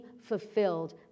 fulfilled